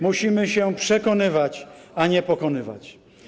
Musimy się przekonywać, a nie pokonywać.